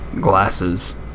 glasses